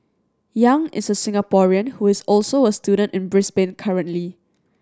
Yang is a Singaporean who is also a student in Brisbane currently